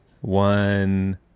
one